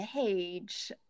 age